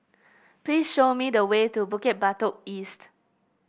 please show me the way to Bukit Batok East